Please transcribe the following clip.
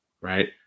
right